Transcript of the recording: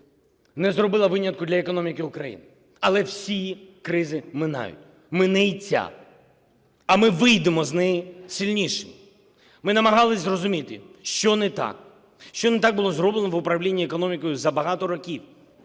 не зробила винятку для економіки України, але всі кризи минають, мине і ця, а ми вийдемо з неї сильніші. Ми намагалися зрозуміти, що не так, що не так було зроблено в управлінні економікою за багато років